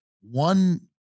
One